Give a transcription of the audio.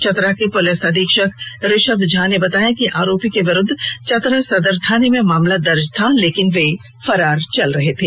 चतरा के पुलिस अधीक्षक ऋषभ झा ने बताया कि आरोपी के विरूद्व चतरा सदर थाना में मामला दर्ज था लेकिन वे फरार चल रहे थे